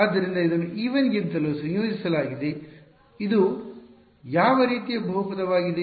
ಆದ್ದರಿಂದ ಇದನ್ನು e1 ಗಿಂತಲೂ ಸಂಯೋಜಿಸಲಾಗಿದೆ ಇದು ಯಾವ ರೀತಿಯ ಬಹುಪದವಾಗಿದೆ